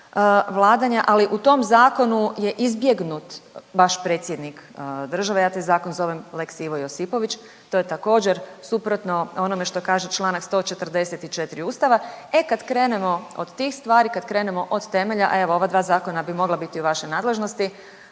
ali u tom zakonu je izbjegnut vaš predsjednik države, ja taj zakon zovem „lex Ivo Josipović“, to je također suprotno onome što kaže čl. 144. Ustava. E kad krenemo od tih stvari, kad krenemo od temelja, evo ova dva zakona bi mogla biti u vašoj nadležnosti,